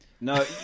no